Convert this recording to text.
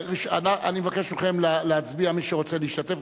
אני מבקש מכם להצביע, מי שרוצה להשתתף.